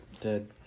Dead